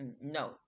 no